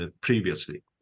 previously